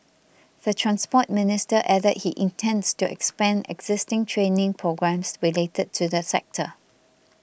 the Transport Minister added he intends to expand existing training programmes related to the sector